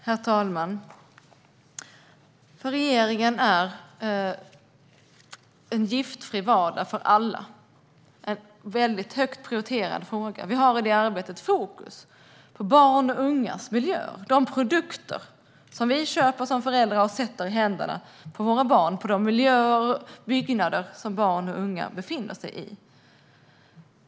Herr talman! För regeringen är en giftfri vardag för alla en högt prioriterad fråga. Vi har i det arbetet fokus på barns och ungas miljöer, på de produkter som vi köper som föräldrar och sätter i händerna på våra barn och på de miljöer och byggnader som barn och unga befinner sig i.